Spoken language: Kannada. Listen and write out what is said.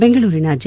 ಬೆಂಗಳೂರಿನ ಜೆ